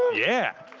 yeah.